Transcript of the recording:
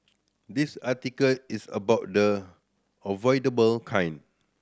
this article is about the avoidable kind